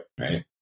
Right